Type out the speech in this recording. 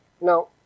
Now